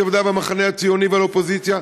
העבודה והמחנה הציוני והאופוזיציה,